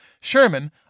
Sherman